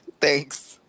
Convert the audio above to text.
Thanks